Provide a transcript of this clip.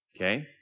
Okay